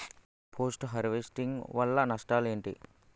Post harvesting వల్ల నష్టాలు ఏంటి?